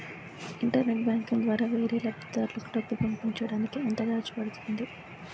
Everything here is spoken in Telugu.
ఇంటర్నెట్ బ్యాంకింగ్ ద్వారా వేరే లబ్ధిదారులకు డబ్బులు పంపించటానికి ఎంత ఛార్జ్ పడుతుంది?